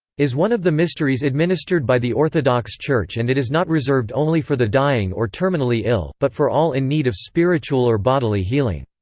is one of the mysteries administered by the orthodox church and it is not reserved only for the dying or terminally ill, but for all in need of spiritual or bodily healing.